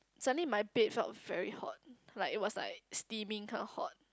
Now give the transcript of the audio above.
suddenly my bed felt very hot like it was like steaming kind of hot